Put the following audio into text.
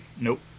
nope